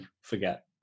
forget